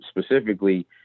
specifically